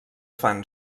fan